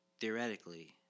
Theoretically